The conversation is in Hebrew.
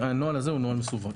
הנוהל הזה הוא מאוד מסווג.